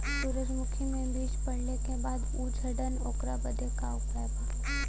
सुरजमुखी मे बीज पड़ले के बाद ऊ झंडेन ओकरा बदे का उपाय बा?